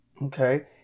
Okay